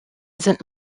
sind